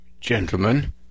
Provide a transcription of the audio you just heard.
gentlemen